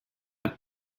not